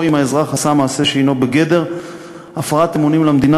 או אם האזרח עשה מעשה שהוא בגדר הפרת אמונים למדינה,